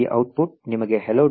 ಈ ಔಟ್ಪುಟ್ ನಿಮಗೆ hello